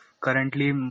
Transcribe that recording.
currently